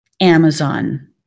Amazon